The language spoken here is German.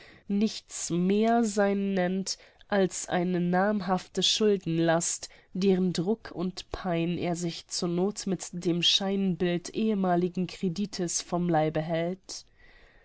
nichts mehr sein nennt als eine namhafte schuldenlast deren druck und pein er sich zur noth mit dem scheinbild ehemaligen credites vom leibe hält